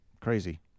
crazy